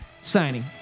Signing